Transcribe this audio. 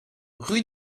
rue